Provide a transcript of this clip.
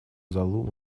залу